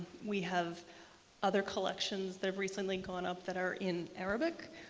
we have other collections that have recently gone up that are in arabic.